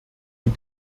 die